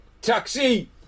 Taxi